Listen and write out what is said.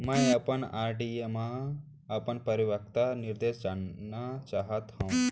मै अपन आर.डी मा अपन परिपक्वता निर्देश जानना चाहात हव